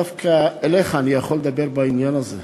דווקא אליך אני יכול לדבר בעניין הזה.